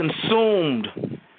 consumed